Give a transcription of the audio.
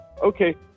okay